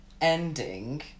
ending